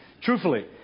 Truthfully